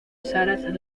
sarah